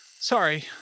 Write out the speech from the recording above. Sorry